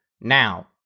Now